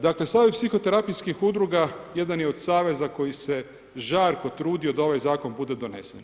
Dakle Savez psihoterapijskih udruga jedan je od saveza koji se žarko trudio da ovaj zakon bude donesen.